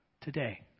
today